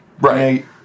Right